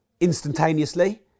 instantaneously